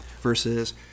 Versus